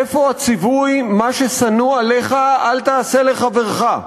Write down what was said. איפה הציווי "מה ששנוא עליך אל תעשה לחברך"?